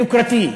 יוקרתי.